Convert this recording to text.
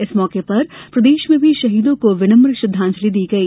इस मौके पर प्रदेश में भी शहीदों को विन्नम श्रद्धांजलि दी गई